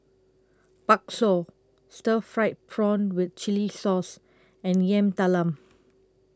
Bakso Stir Fried Prawn with Chili Sauce and Yam Talam